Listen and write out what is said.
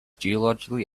geologically